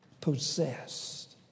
possessed